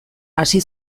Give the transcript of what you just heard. hasi